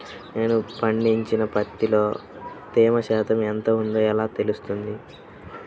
నేను పండించిన పత్తిలో తేమ శాతం ఎంత ఉందో ఎలా తెలుస్తుంది?